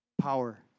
power